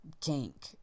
kink